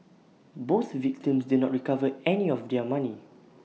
both victims did not recover any of their money